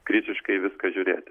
kritiškai į viską žiūrėti